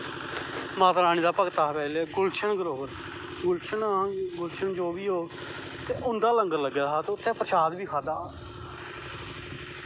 माता रानी दा भगत हा पैह्लैं गुलशन गुलशन जो बी होग उंदा लंगर लग्गे दा हा ते उत्थें परशाद बी खाद्धा